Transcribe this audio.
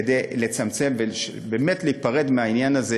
כדי לצמצם ובאמת להיפרד מהעניין הזה